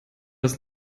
das